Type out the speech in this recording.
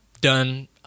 done